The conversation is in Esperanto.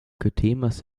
kutimas